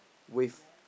with